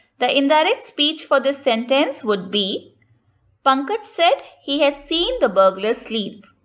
the indirect speech for this sentence would be pankaj said he had seen the burglars leave.